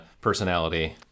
personality